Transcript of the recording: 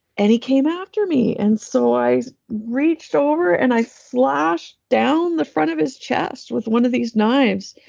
and he came after me, and so i reached over, and i slashed down the front of his chest with one of these knives,